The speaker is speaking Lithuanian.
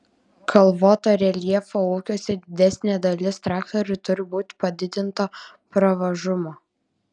kalvoto reljefo ūkiuose didesnė dalis traktorių turi būti padidinto pravažumo